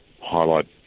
highlight